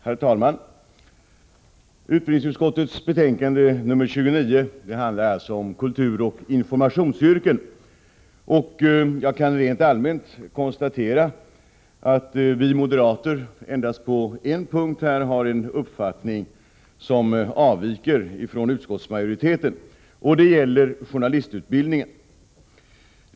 Herr talman! Utbildningsutskottets betänkande nr 29 handlar om utbildning för kulturoch informationsyrken. Jag kan rent allmänt konstatera att vi moderater endast på en punkt har en uppfattning som avviker från utskottsmajoritetens. Det gäller journalistutbildningen.